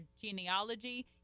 genealogy